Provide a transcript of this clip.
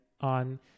on